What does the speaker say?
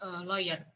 lawyer